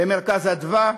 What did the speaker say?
ב"מרכז אדוה",